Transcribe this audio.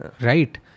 right